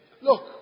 Look